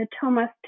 Thomas